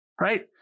Right